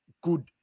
good